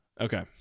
Okay